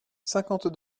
cinquante